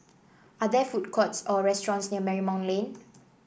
are there food courts or restaurants near Marymount Lane